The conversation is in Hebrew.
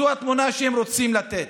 זאת התמונה שהם רוצים לתת.